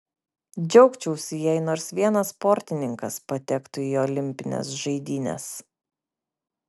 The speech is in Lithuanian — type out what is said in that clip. džiaugčiausi jei nors vienas sportininkas patektų į olimpines žaidynes